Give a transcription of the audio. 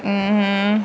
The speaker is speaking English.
mmhmm